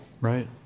Right